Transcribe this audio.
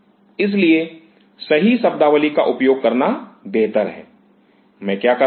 इसलिए सही शब्दावली का उपयोग करना बेहतर है मैं क्या कर रहा हूं